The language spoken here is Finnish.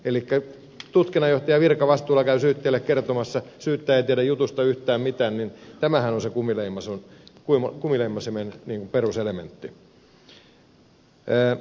elikkä kun tutkinnanjohtaja virkavastuulla käy syyttäjälle kertomassa ja syyttäjä ei tiedä jutusta yhtään mitään niin tämähän on se kumileimasimen peruselementti